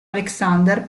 alexander